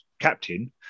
captain